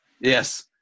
Yes